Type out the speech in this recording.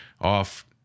off